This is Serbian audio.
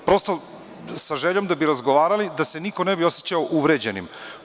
Prosto, sa željom da bismo razgovarali, da se niko ne bi osećao uvređenim.